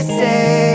say